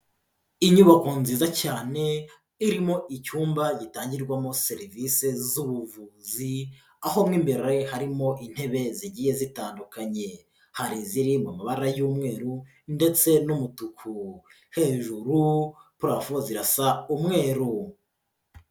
Inyubako nziza cyane irimo icyumba gitangirwamo serivise zubuvuzi aho mo imbere harimo intebe zigiye zitandukanye, hari iziri mu mabara y'umweru ndetse n'umutuku, hejuru purafo zirasa umweru.